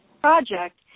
project